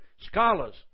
scholars